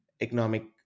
economic